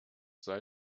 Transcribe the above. sei